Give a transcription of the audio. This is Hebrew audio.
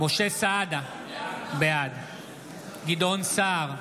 משה סעדה, בעד גדעון סער,